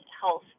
health